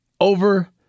over